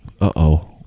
Uh-oh